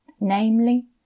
namely